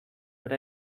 but